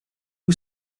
who